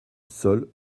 seule